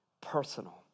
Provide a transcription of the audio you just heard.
personal